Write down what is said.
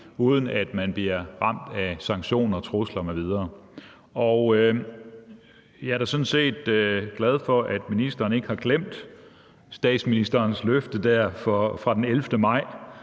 uden at man bliver ramt af sanktioner og trusler m.v. Jeg er da sådan set glad for, at ministeren ikke har glemt statsministerens løfte der fra den 11. maj